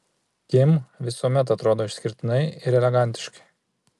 kim visuomet atrodo išskirtinai ir elegantiškai